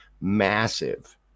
massive